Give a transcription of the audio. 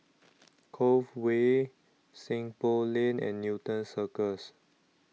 Cove Way Seng Poh Lane and Newton Cirus